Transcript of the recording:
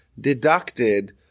deducted